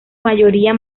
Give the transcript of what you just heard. mayoría